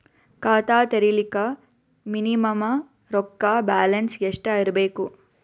ಖಾತಾ ತೇರಿಲಿಕ ಮಿನಿಮಮ ರೊಕ್ಕ ಬ್ಯಾಲೆನ್ಸ್ ಎಷ್ಟ ಇರಬೇಕು?